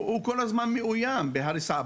הוא כל הזמן מאוים בהריסה.